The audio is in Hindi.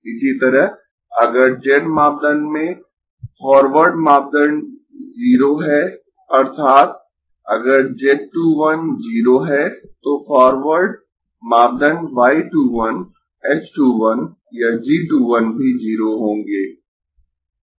इसी तरह अगर z मापदंड में फॉरवर्ड मापदंड 0 है अर्थात् अगर z 2 1 0 है तो फॉरवर्ड मापदंड y 2 1 h 2 1 या g 2 1 भी 0 होंगें